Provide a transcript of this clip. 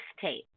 tape